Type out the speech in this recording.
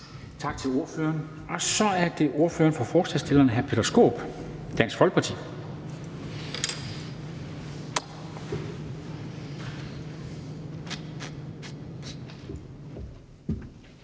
Tak til ordføreren. Så er det ordføreren for forslagsstillerne, hr. Peter Skaarup, Dansk Folkeparti.